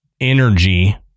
energy